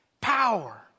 Power